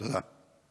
תודה.